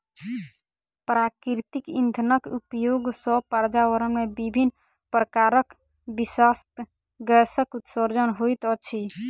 प्राकृतिक इंधनक प्रयोग सॅ पर्यावरण मे विभिन्न प्रकारक विषाक्त गैसक उत्सर्जन होइत अछि